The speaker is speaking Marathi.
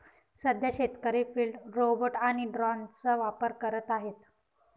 सध्या शेतकरी फिल्ड रोबोट आणि ड्रोनचा वापर करत आहेत